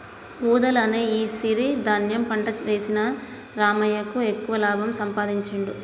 వూదలు అనే ఈ సిరి ధాన్యం పంట వేసిన రామయ్యకు ఎక్కువ లాభం సంపాదించుడు